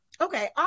Okay